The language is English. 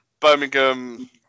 Birmingham